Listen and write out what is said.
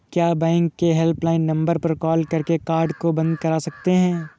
क्या बैंक के helpline number पर कॉल करके कार्ड को बंद करा सकते हैं?